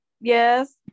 Yes